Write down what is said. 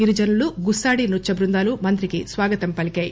గిరిజనుల గుస్పాడీ నృత్య బృందాలు మంత్రికి స్వాగతం పలికారు